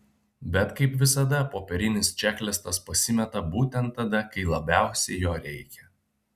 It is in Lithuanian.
bet kaip visada popierinis čeklistas pasimeta būtent tada kai labiausiai jo reikia